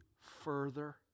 further